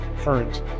current